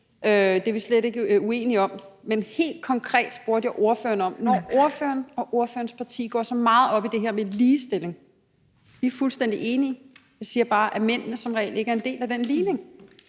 det er vi slet ikke uenige om. Men jeg stillede ordføreren et helt konkret spørgsmål. Når ordføreren og ordførerens parti går så meget op i det her med ligestilling, så er vi fuldstændig enige, men jeg siger bare, at mændene som regel ikke er en del af den ligning.